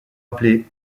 appelé